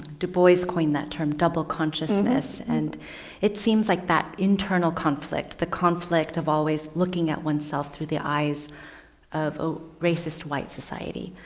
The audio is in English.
dubois coined that term double consciousness. and it seems like that internal conflict, the conflict of always looking at oneself through the eyes of a racist white society.